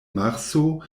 marso